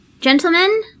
Gentlemen